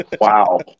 Wow